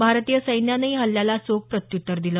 भारतीय सैन्यानंही या हल्ल्याला चोख प्रत्यूत्तर दिलं